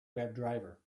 webdriver